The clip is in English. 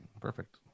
Perfect